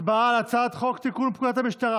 הצבעה על הצעת חוק לתיקון פקודת המשטרה